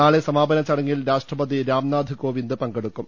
നാളെ സമാപന ചടങ്ങിൽ രാഷ്ട്രപതി രാംനാഥ് കോവിന്ദ് പങ്കെടുക്കും